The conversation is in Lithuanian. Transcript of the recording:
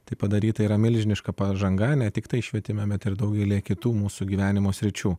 tai padaryta yra milžiniška pažanga ne tiktai švietime bet ir daugelyje kitų mūsų gyvenimo sričių